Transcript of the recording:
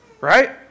Right